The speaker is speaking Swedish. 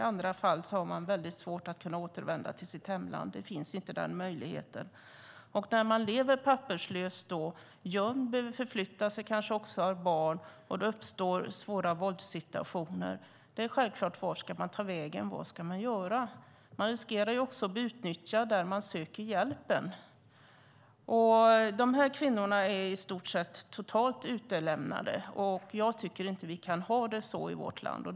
I vissa fall är det väldigt svårt att kunna återvända till sitt hemland. Den möjligheten finns inte. När man lever papperslös, gömd, förflyttar sig och kanske också har barn och det uppstår svåra våldssituationer är självklart frågan: Vart ska man ta vägen? Vad ska man göra? Man riskerar också att bli utnyttjad där man söker hjälpen. De här kvinnorna är i stort sett totalt utlämnade. Jag tycker inte att vi kan ha det så i vårt land.